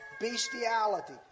bestiality